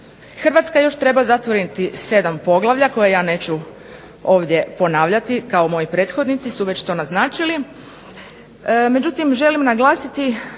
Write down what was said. Hrvatska još treba zatvoriti 7 poglavlja, koje ja neću ovdje ponavljati, kao moji prethodnici su već to naznačili.